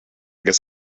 guess